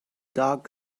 dog